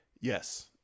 yes